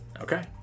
Okay